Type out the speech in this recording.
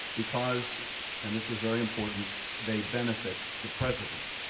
because and this is very important, they benefit the president.